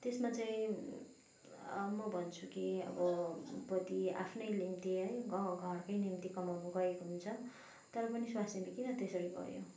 त्यसमा चाहिँ म भन्छु कि अब पति आफ्नै निम्ति है गाउँघरकै निम्ति कमाउनु गएको हुन्छ तर पनि स्वास्नीले किन त्यसरी गऱ्यो